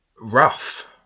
rough